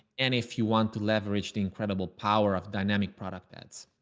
and if you want to leverage the incredible power of dynamic product, that's.